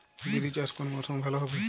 বিরি চাষ কোন মরশুমে ভালো হবে?